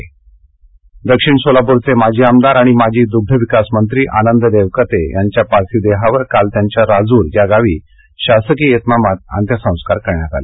अंत्यसंस्कार दक्षिण सोलापूरचे माजी आमदार आणि माजी दुग्धविकासमंत्री आनंद देवकते यांच्या पार्थिव देहावर काल त्यांच्या राजूर या गावी शासकीय इतमामात अंत्यसंस्कार करण्यात आले